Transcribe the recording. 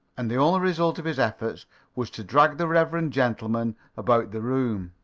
and the only result of his efforts was to drag the reverend gentleman about the room.